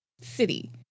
city